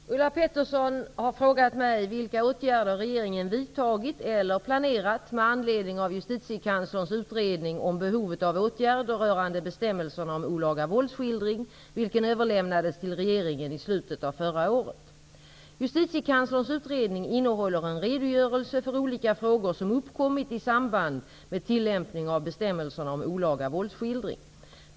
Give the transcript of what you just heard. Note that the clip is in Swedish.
Fru talman! Ulla Pettersson har frågat mig vilka åtgärder regeringen vidtagit eller planerat med anledning av Justitiekanslerns utredning om behovet av åtgärder rörande bestämmelserna om olaga våldsskildring, vilken överlämnades till regeringen i slutet av förra året. Justitiekanslerns utredning innehåller en redogörelse för olika frågor som uppkommit i samband med tillämpning av bestämmelserna om olaga våldsskildring.